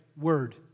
word